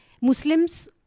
Muslims